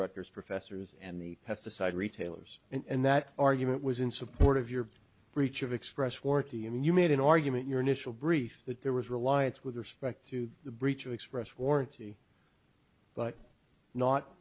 wreckers professors and the pesticide retailers and that argument was in support of your breach of express forty and you made an argument your initial brief that there was reliance with respect to the breach of express warranty but not